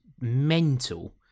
mental